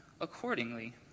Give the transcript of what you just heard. accordingly